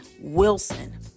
Wilson